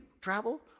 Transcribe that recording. travel